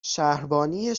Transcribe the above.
شهربانی